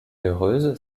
heureuse